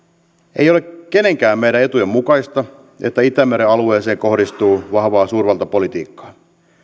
ei ole kenenkään meidän etujen mukaista että itämeren alueeseen kohdistuu vahvaa suurvaltapolitiikkaa